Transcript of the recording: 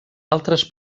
altres